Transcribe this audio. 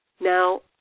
Now